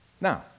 Now